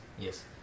Yes